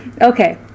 okay